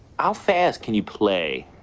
ah fast can you play?